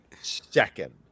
second